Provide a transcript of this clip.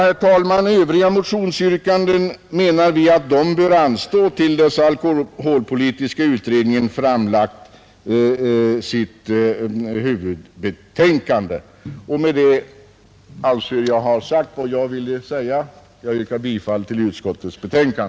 Ställningstagandet till övriga motionsyrkanden menar vi bör anstå till dess alkoholpolitiska utredningen framlagt sitt huvudbetänkande. Med dessa ord yrkar jag bifall till utskottets hemställan.